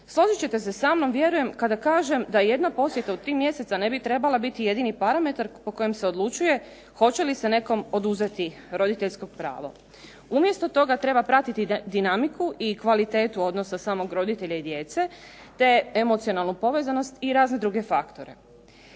Složit ćete se sa mnom vjerujem kada kažem da jedna posjeta u tri mjeseca ne bi trebala biti jedini parametar po kojem se odlučuje hoće li se nekome oduzeti roditeljsko pravo. Umjesto toga treba pratiti dinamiku i kvalitetu odnosa samog roditelja i djece, te emocionalnu povezanost i razne druge faktore.